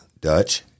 Dutch